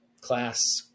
class